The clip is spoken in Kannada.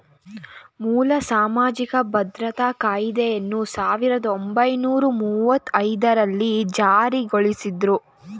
ಮೂಲ ಸಾಮಾಜಿಕ ಭದ್ರತಾ ಕಾಯ್ದೆಯನ್ನ ಸಾವಿರದ ಒಂಬೈನೂರ ಮುವ್ವತ್ತಐದು ರಲ್ಲಿ ಜಾರಿಗೊಳಿಸಿದ್ರು